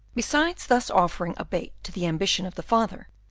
besides thus offering a bait to the ambition of the father,